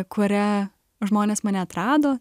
kurią žmonės mane atrado